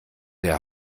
der